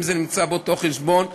אם זה נמצא באותו חשבון,